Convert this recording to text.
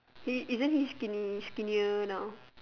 he isn't he skinny skinnier now